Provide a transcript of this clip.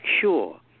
sure